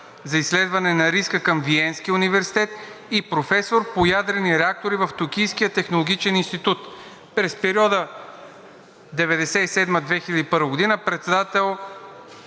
за изследване на риска към Виенския университет и професор по ядрени реактори в Токийския технологичен институт, през периода 1997 – 2001 г. е председател